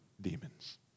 demons